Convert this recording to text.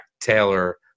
Taylor